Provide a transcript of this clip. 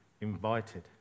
invited